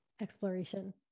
exploration